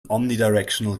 omnidirectional